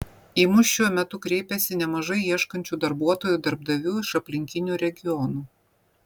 į mus šiuo metu kreipiasi nemažai ieškančių darbuotojų darbdavių iš aplinkinių regionų